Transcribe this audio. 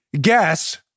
guess